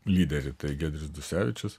lyderį tai giedrius dusevičius